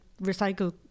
recycle